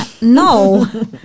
No